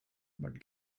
but